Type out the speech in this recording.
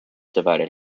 divided